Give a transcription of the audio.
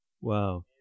Wow